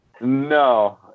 No